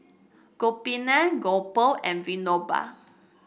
Gopinath Gopal and Vinoba